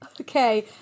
okay